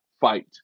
fight